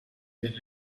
per